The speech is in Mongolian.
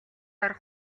орох